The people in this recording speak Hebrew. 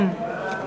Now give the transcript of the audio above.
כן.